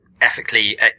ethically